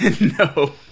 No